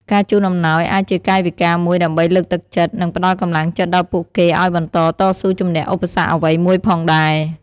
ការជូនអំណោយអាចជាកាយវិការមួយដើម្បីលើកទឹកចិត្ត និងផ្តល់កម្លាំងចិត្តដល់ពួកគេឲ្យបន្តតស៊ូជំនះឧបសគ្គអ្វីមួយផងដែរ។